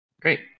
Great